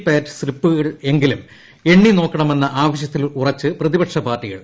പാറ്റ് സ്തിപ്പുകളെങ്കിലും എണ്ണിനോക്കണമെന്ന ആവശ്യത്തിലുറച്ച് പ്രതിപക്ഷ പാർട്ടികൾ